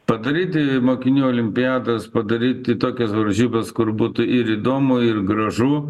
padaryti į mokinių olimpiadas padaryti tokias varžybas kur būtų ir įdomu ir gražu